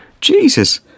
Jesus